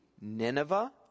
Nineveh